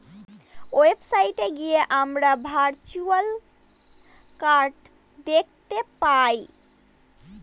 website গিয়ে আমরা virtual card দেখতে পাই